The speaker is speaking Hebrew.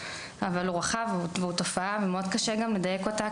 אבל זה אירוע רחב וזו תופעה שמאוד קשה לדייק אותה,